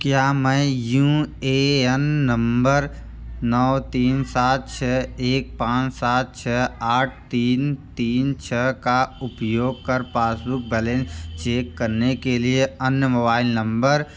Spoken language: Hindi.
क्या मैं यू ए एन नम्बर नौ तीन सात छः एक पाँच सात छः आठ तीन तीन छः का उपयोग कर पासबुक बैलेंस चेक करने के लिए अन्य मोबाइल नम्बर